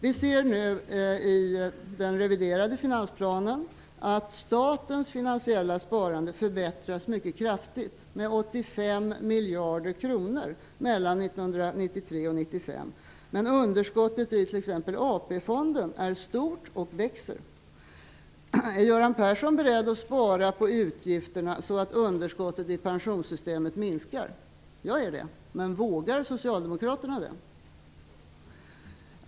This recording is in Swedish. Vi ser nu i den reviderade finansplanen att statens finansiella sparande förbättras mycket kraftigt med 85 Men underskottet i t.ex. AP-fonden är stort och växande. Är Göran Persson beredd att spara på utgifterna så att underskottet i pensionssystemet minskar? Jag är det. Men vågar Socialdemokraterna det?